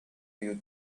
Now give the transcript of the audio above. you